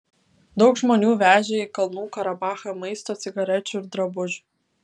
daug žmonių vežė į kalnų karabachą maisto cigarečių ir drabužių